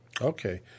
okay